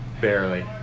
Barely